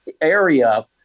area